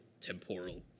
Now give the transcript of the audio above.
temporal